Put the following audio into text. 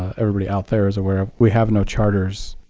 everybody out there is aware of, we have no charters,